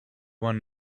one